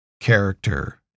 character